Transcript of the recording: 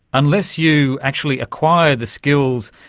unless you actually acquire the skills,